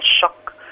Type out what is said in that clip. shock